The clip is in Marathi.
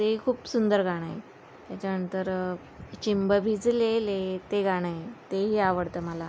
ते खूप सुंदर गाणं आहे त्याच्यानंतर चिंब भिजलेले ते गाणं आहे तेही आवडतं मला